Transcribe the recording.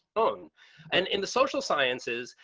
own and in the social sciences,